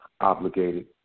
obligated